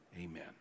Amen